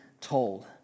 told